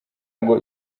ngo